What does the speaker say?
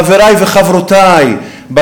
חברי וחברותי,